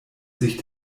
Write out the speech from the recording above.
sich